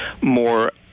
more